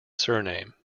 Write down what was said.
surname